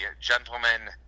gentlemen